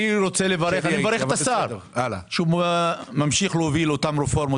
אני מברך את השר שממשיך להוביל אותן רפורמות